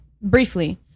briefly